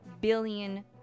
billion